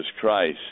Christ